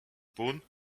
punt